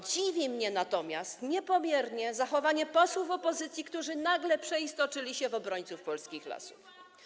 Dziwi mnie natomiast niepomiernie zachowanie posłów opozycji, którzy nagle przeistoczyli się w obrońców polskich lasów.